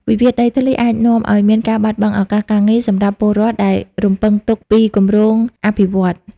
វិវាទដីធ្លីអាចនាំឱ្យមានការបាត់បង់ឱកាសការងារ សម្រាប់ពលរដ្ឋដែលរំពឹងទុកពីគម្រោងអភិវឌ្ឍន៍។